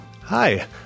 Hi